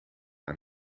aan